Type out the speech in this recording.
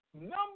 number